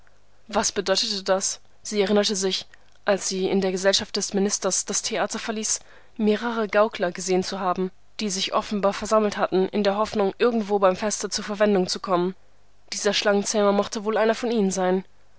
was bedeutete das sie erinnerte sich als sie in der gesellschaft des ministers das theater verließ mehrere gaukler gesehen zu haben die sich offenbar versammelt hatten in der hoffnung irgendwo beim feste zur verwendung zu kommen dieser schlangenzähmer mochte wohl einer von ihnen sein